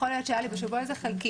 יכול להיות שהיה לי בשבוע הזה חלקי.